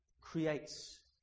creates